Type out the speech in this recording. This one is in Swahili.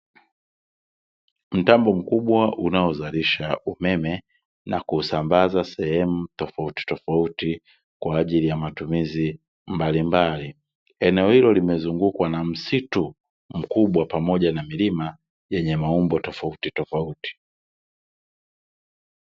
Mtambo mkubwa unaozalisha umeme na kuusambaza sehemu tofauti tofauti kwa ajili ya matumizi mbali mbali. Eneo hilo limezungukwa na msitu mkubwa pamoja na milima yenye maumbo tofauti tofauti.